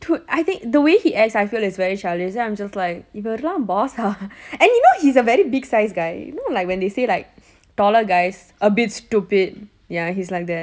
dude I think the way he acts I feel like it's very childish then I'm just like இவர் எல்லாம்:ivar ellam boss ah and you know he's a very big sized guy you know when they say like taller guys a bit stupid ya he's like that